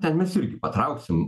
ten mes irgi patrauksim